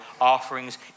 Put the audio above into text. offerings